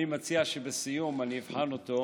אני מציע שבסיום אבחן אותו.